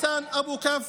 סלאמה חסן אבו כף,